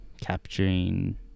capturing